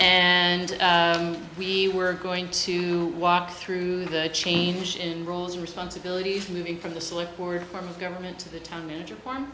and we were going to walk through the change in roles and responsibilities moving from the slick forward form of government to the town manager form